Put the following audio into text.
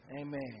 Amen